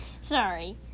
Sorry